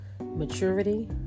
maturity